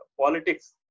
politics